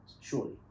surely